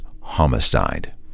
homicide